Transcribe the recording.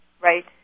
Right